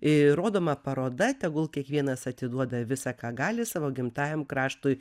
i rodoma paroda tegul kiekvienas atiduoda visa ką gali savo gimtajam kraštui